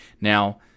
now